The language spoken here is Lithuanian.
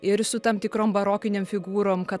ir su tam tikrom barokinėm figūrom kad